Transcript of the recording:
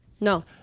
No